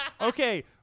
Okay